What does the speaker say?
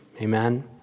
amen